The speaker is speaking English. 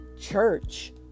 church